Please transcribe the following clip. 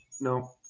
no